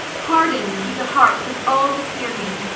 harden'd be the hearts of all that hear me,